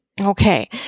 Okay